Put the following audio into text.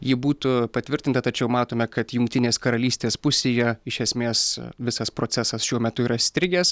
ji būtų patvirtinta tačiau matome kad jungtinės karalystės pusėje iš esmės visas procesas šiuo metu yra įstrigęs